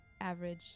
average